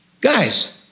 Guys